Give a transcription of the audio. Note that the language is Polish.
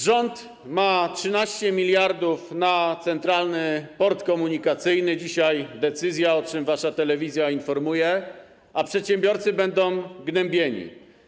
Rząd ma 13 mld na Centralny Port Komunikacyjny - dzisiaj decyzja, o czym wasza telewizja informuje - a przedsiębiorcy będą gnębieni.